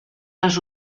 les